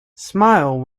smile